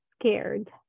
scared